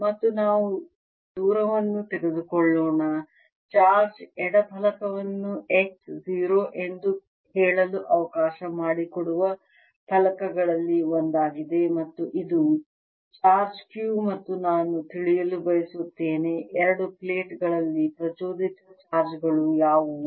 ಮತ್ತು ನಾವು ದೂರವನ್ನು ತೆಗೆದುಕೊಳ್ಳೋಣ ಚಾರ್ಜ್ ಎಡ ಫಲಕವನ್ನು x 0 ಎಂದು ಹೇಳಲು ಅವಕಾಶ ಮಾಡಿಕೊಡುವ ಫಲಕಗಳಲ್ಲಿ ಒಂದಾಗಿದೆ ಮತ್ತು ಇದು ಚಾರ್ಜ್ Q ಮತ್ತು ನಾನು ತಿಳಿಯಲು ಬಯಸುತ್ತೇನೆ ಎರಡು ಪ್ಲೇಟ್ಗಳಲ್ಲಿ ಪ್ರಚೋದಿತ ಚಾರ್ಜ್ ಗಳು ಯಾವುವು